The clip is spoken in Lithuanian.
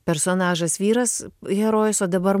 personažas vyras herojus o dabar